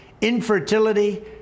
infertility